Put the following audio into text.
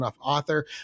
author